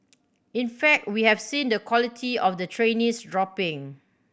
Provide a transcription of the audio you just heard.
in fact we have seen the quality of the trainees dropping